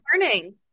learning